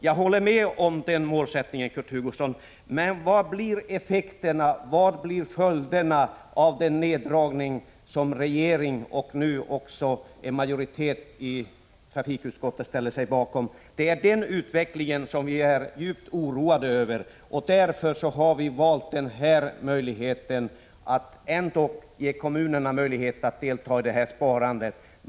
Jag håller med om det, Kurt Hugosson, men vad blir följderna av den neddragning som regeringen och nu också en majoritet i trafikutskottet ställer sig bakom? Vi är djupt oroade över den utvecklingen. Därför har vi valt ett annat alternativ som ändå ger kommunerna möjlighet att delta i sparandet.